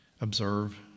observe